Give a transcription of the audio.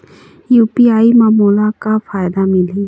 UPI म मोला का फायदा मिलही?